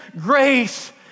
grace